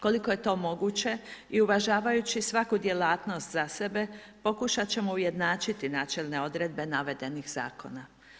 Koliko je to moguće i uvažavajući svaku djelatnost za sebe, pokušati ćemo ujednačiti načelne odredbe navedenih zakona.